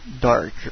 dark